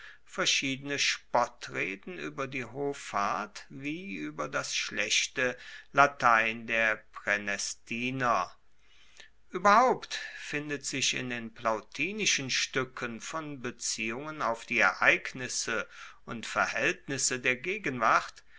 verschiedene spottreden ueber die hoffart wie ueber das schlechte latein der praenestiner ueberhaupt findet sich in den plautinischen stuecken von beziehungen auf die ereignisse und verhaeltnisse der gegenwart